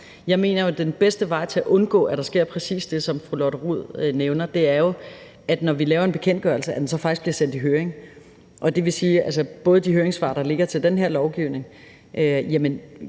Jeg mener jo, at den bedste vej til at undgå, at der sker præcis det, som fru Lotte Rod nævner, er, at når vi laver en bekendtgørelse, bliver den faktisk sendt i høring. Det gælder altså også de høringssvar, der ligger i forbindelse med den her lovgivning – det